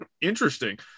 interesting